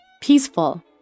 Peaceful